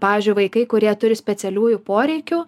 pavyzdžiui vaikai kurie turi specialiųjų poreikių